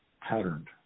patterned